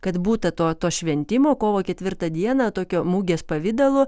kad būta to to šventimo kovo ketvirtą dieną tokiu mugės pavidalu